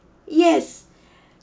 yes